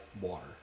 water